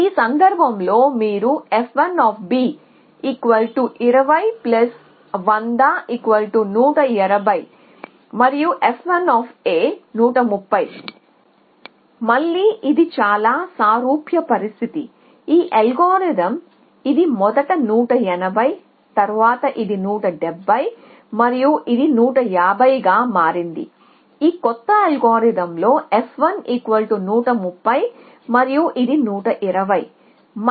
ఈ సందర్భంలో మీరు f1 20100120 మరియు f1130 మళ్ళీ ఇది చాలా సారూప్య పరిస్థితి ఈ అల్గోరిథం ఇది మొదట 180 తరువాత ఇది 170 మరియు ఇది 150 గా మారింది ఈ కొత్త అల్గోరిథంతో f1130 మరియు ఇది 120